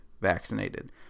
vaccinated